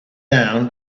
down